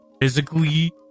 physically